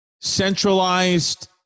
Centralized